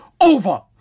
over